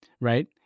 right